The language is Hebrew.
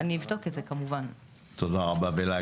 אני אבדוק את זה כמובן.